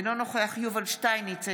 אינו נוכח יובל שטייניץ,